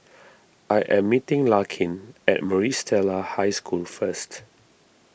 I am meeting Larkin at Maris Stella High School first